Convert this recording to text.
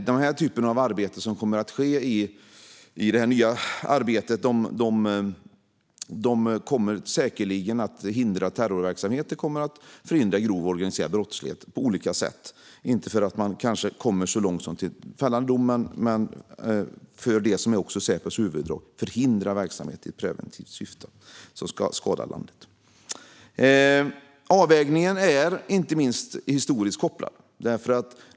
Den typen av arbete som kommer att utföras med den nya lagen kommer säkerligen att hindra terrorverksamhet och förhindra grov organiserad brottslighet på olika sätt, inte så att det går så långt som till fällande dom men för det som är Säpos huvudjobb, nämligen att i preventivt syfte förhindra verksamhet som kan skada landet. Avvägningen är inte minst historiskt kopplad.